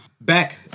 Back